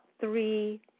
three